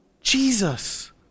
Jesus